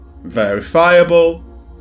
verifiable